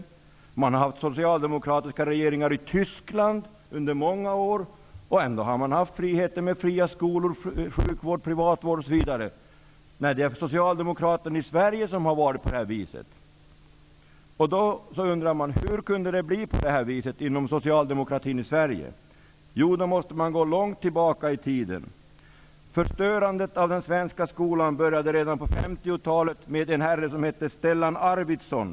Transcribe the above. Man har under många år haft socialdemokratiska regeringar i Tyskland, och ändå har man haft friheten med fria skolor, sjukvård, privatvård osv. Det är Socialdemokraterna i Sverige som har varit på det här viset. Man undrar då hur det kunde bli på det här viset inom socialdemokratin i Sverige. Man måste gå långt tillbaka tiden för att få svar på den frågan. Förstörandet av den svenska skolan började redan på 1950-talet med en herre som hette Stellan Arvidson.